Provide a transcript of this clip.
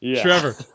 Trevor